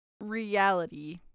reality